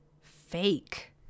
fake